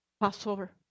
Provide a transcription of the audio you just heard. Passover